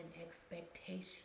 expectation